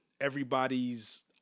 everybody's